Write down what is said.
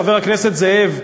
חבר הכנסת זאב,